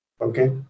Okay